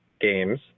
games